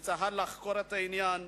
מצה"ל לחקור את העניין,